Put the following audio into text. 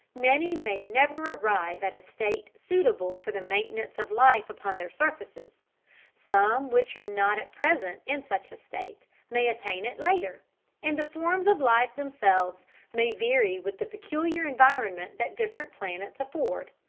many may never arrive at a state suitable for the maintenance of life upon their surfaces some which are not at present in such a state may attain it later and the forms of life themselves may vary with the peculiar environment that different planets afford.